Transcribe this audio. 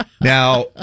Now